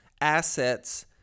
assets